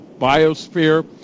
biosphere